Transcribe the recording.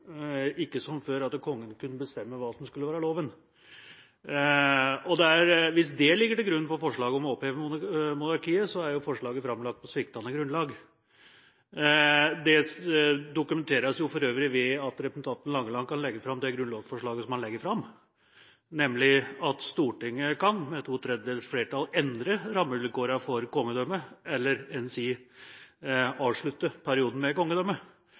Ikke som før, at Kongen kunne bestemme hva som skulle være loven. Hvis det ligger til grunn for forslaget om å oppheve monarkiet, er forslaget framlagt på sviktende grunnlag. Det dokumenteres for øvrig ved at representanten Langeland legger fram det grunnlovsforslaget han legger fram, nemlig at Stortinget – med to tredjedelers flertall – kan endre rammevilkårene for kongedømmet eller avslutte perioden med